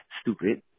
Stupid